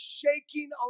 shaking